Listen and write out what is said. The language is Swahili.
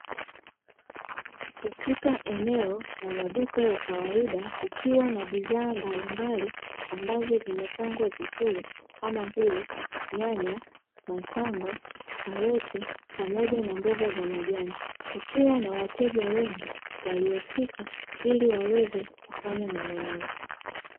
Katika eneo la maduka ya kawaida, kukiwa na bidhaa mbalimbali ambazo zimepangwa vizuri, kama vile: nyanya, matango, karoti pamoja na mboga za majani; kukiwa na wateja wengi waliofika ili waweze kufanya manunuzi.